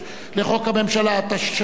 לחוק הממשלה, התשס"א 2001,